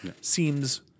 seems